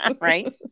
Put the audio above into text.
right